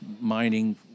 Mining